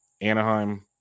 Anaheim